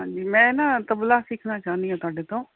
ਹਾਂਜੀ ਮੈਂ ਨਾ ਤਬਲਾ ਸਿੱਖਣਾ ਚਾਹੁੰਦੀ ਹਾਂ ਤੁਹਾਡੇ ਤੋਂ